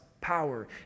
power